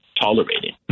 tolerating